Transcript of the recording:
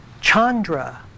Chandra